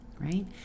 right